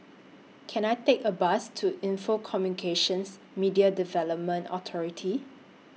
Can I Take A Bus to Lnfo Communications Media Development Authority